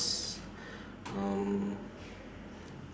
um